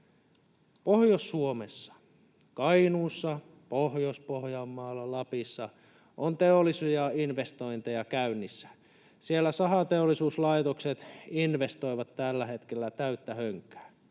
Pohjois-Suomessa — Kainuussa, Pohjois-Pohjanmaalla, Lapissa — on teollisia investointeja käynnissä. Siellä sahateollisuuslaitokset investoivat tällä hetkellä täyttä hönkää.